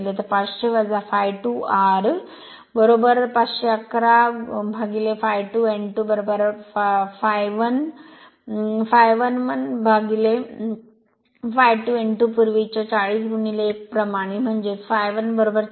तर 500 ∅2 r 5 1 1 ∅2 n 2 ∅1 1 ∅2 n2 पूर्वीच्या 40 1 प्रमाणे म्हणजे ∅1 40 ∅228